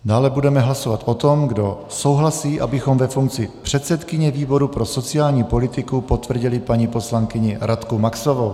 Dále budeme hlasovat o tom, kdo souhlasí, abychom ve funkci předsedkyně výboru pro sociální politiku potvrdili paní poslankyni Radku Maxovou.